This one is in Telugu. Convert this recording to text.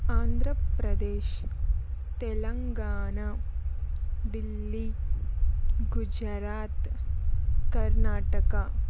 ఆంధ్రప్రదేశ్ తెలంగాణ ఢిల్లీ గుజరాత్ కర్ణాటక